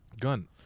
gun